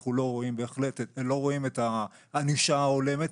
אנחנו לא רואים את הענישה ההולמת,